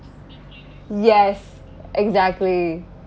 yes exactly